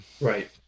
Right